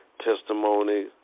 testimony